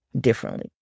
differently